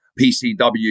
PCW